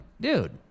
dude